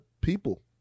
people